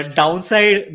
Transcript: downside